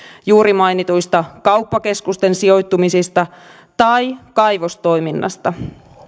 juuri mainituista kauppakeskusten sijoittumisista tai kaivostoiminnasta